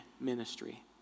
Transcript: Ministry